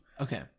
Okay